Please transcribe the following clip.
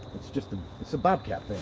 just a so bobcat